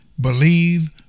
Believe